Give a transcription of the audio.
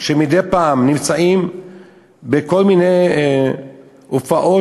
שמדי פעם נמצאים בכל מיני הופעות,